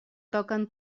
toquen